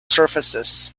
surfaces